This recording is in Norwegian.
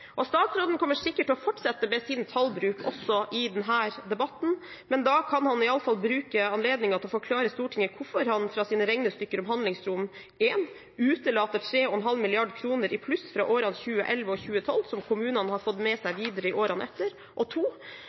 for. Statsråden kommer sikkert til å fortsette med sin tallbruk også i denne debatten, men da kan han iallfall benytte anledningen til å forklare Stortinget hvorfor han i sine regnestykker om handlingsrom utelater 3,5 mrd. kr i pluss fra årene 2011 og 2012, som kommunene har fått med seg videre i årene etter, og